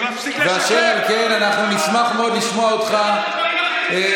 ואשר על כן אנחנו נשמח מאוד לשמוע אותך במועד,